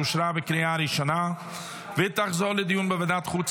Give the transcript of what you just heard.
אושרה בקריאה הראשונה ותחזור לדיון בוועדת החוץ